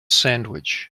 sandwich